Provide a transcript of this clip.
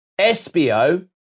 SBO